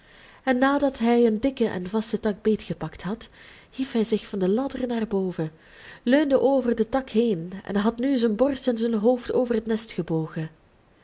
en nadat hij een dikken en vasten tak beetgepakt had hief hij zich van de ladder naar boven leunde over den tak heen en had nu zijne borst en zijn hoofd over het nest gebogen